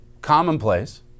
commonplace